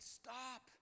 stop